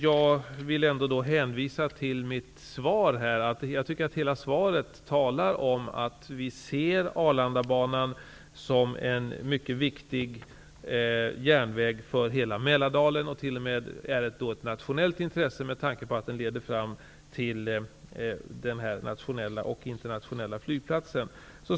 Jag vill hänvisa till mitt svar. Jag tycker att hela svaret talar om att vi ser Arlandabanan som en viktig järnväg för hela Mälardalen. Den utgör ett nationellt intresse med tanke på att den leder fram till den nationella och internationella flygplatsen.